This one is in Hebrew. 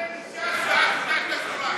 תפנה לש"ס ואגודת התורה.